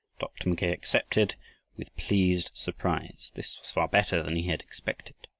dr. mackay accepted with pleased surprise. this was far better than he had expected.